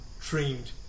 trained